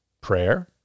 prayer